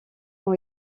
ont